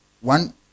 one